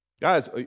Guys